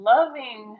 Loving